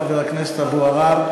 חבר הכנסת אבו עראר,